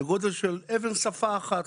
בגובה של אבן שפה אחת,